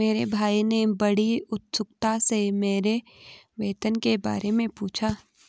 मेरे भाई ने बड़ी उत्सुकता से मेरी वेतन के बारे मे पूछा